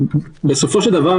בסופו של דבר,